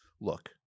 Look